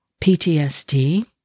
PTSD